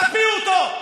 תקפיאו אותו.